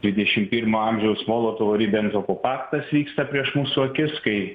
dvidešim pirmo amžiaus molotovo ribentropo paktas vyksta prieš mūsų akis kai